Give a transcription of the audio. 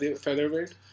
featherweight